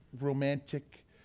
romantic